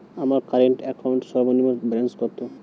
আমার current account সর্বনিম্ন balance কত?